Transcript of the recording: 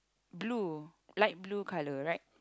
blue light blue color right